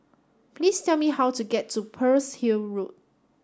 please tell me how to get to Pearl's Hill Road